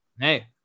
Hey